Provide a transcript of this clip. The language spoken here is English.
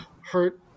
hurt